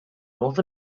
north